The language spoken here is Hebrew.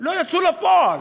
לא יצאו לפועל.